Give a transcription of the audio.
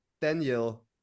Daniel